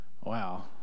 Wow